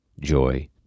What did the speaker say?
joy